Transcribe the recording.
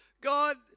God